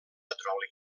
petroli